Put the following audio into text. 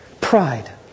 Pride